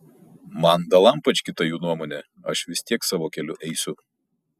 man dalampački ta jų nuomonė aš vis tiek savo keliu eisiu